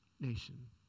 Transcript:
nation